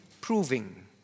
proving